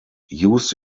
used